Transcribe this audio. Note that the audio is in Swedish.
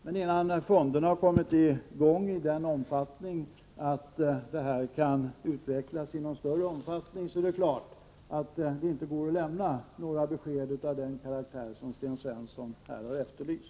Men innan fonderna har kommit i gång i den omfattningen att detta kan utvecklas i någon större omfattning, är det klart att det inte går att lämna några besked av den karaktär som Sten Svensson här har efterlyst.